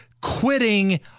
quitting